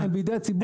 בידי הציבור.